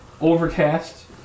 Overcast